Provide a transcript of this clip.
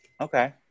Okay